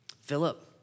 Philip